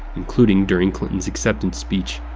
including during clinton's acceptance speech.